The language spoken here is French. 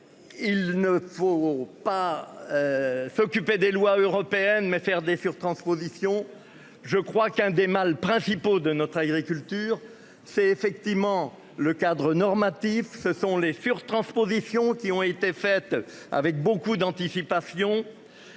Il ne faut pas. S'occuper des lois européennes mais faire des sur-surtranspositions. Je crois qu'un des mals principaux de notre agriculture. C'est effectivement le cadre normatif, ce sont les. Transposition qui ont été faites avec beaucoup d'anticipation.